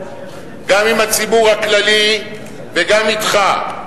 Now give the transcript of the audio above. גם עם הציבור הכללי וגם אתך.